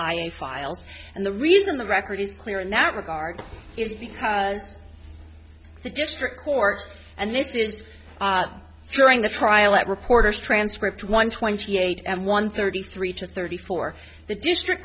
a files and the reason the record is clear in that regard is because the district court and this is during the trial that reporters transcripts one twenty eight and one thirty three to thirty four the district